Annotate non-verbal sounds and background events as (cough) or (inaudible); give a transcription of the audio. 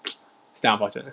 (noise) it's damn unfortunate